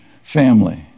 Family